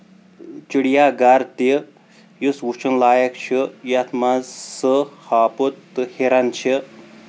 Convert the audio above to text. چڑیا گر تہِ یُس وٕچھُن لایق چھُ یتھ منٛز سٔہہ ہاپُت تہٕ ہِرن چھِ